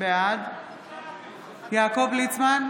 בעד יעקב ליצמן,